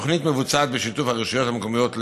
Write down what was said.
התוכנית מבוצעת בשיתוף הרשויות המקומיות,